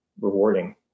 rewarding